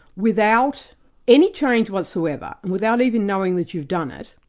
without any change whatsoever, and without even knowing that you've done it,